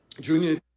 Junior